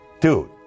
dude